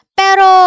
pero